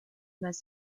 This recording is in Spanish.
más